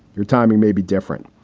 your timing may be different,